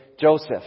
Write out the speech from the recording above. Joseph